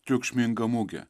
triukšmingą mugę